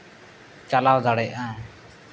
ᱪᱟᱞᱟᱣ ᱫᱟᱲᱮᱭᱟᱜᱼᱟ